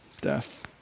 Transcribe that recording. death